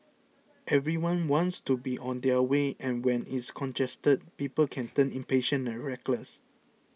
everyone wants to be on their way and when it's congested people can turn impatient and reckless